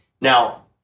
Now